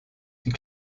die